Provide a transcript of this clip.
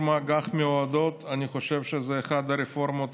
אני חושב שהרפורמה באג"ח מיועדות היא אחת הרפורמות